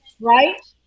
right